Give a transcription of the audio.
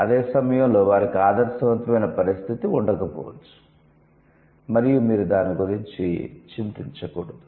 అదే సమయంలో వారికి ఆదర్శవంతమైన పరిస్థితి ఉండకపోవచ్చు మరియు మీరు దాని గురించి చింతించకూడదు